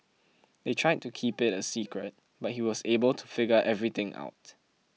they tried to keep it a secret but he was able to figure everything out